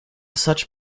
such